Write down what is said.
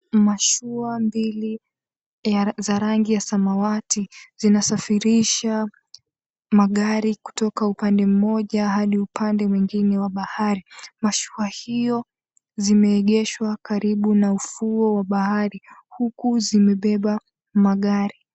Mashua mbili za rangi ya samawati vina safirisha magari kutoka upande mmoja hadi mwingine wa bahari, mashua hiyo zimeegeshwa karibu na ufuo wa bahari huko zimebeba magari.